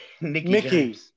Nikki